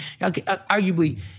arguably